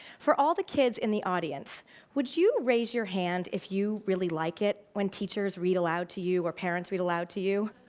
for all the kids in the audience would you raise your hand if you really like it when teachers read aloud to you or parents read aloud to you?